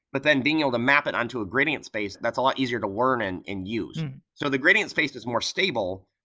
but then being able to map it on to a gradient space. that's a lot easier to learn and use so the gradient space is more stable,